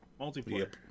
multiplayer